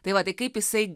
tai va tai kaip jisai